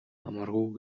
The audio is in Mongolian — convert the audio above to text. амаргүй